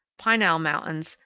pinal mountains,